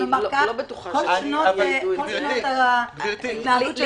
כל שנות ההתנהלות שלהם,